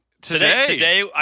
Today